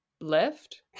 left